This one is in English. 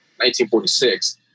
1946